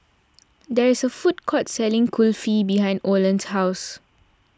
there is a food court selling Kulfi behind Olan's house